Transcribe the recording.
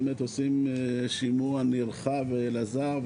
באמת עושים שימוע נרחב לזר,